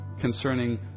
concerning